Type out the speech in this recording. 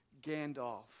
Gandalf